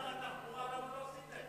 אתה כל כך צודק,